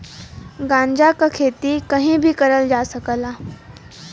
गांजा क खेती कहीं भी करल जा सकला